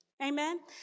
Amen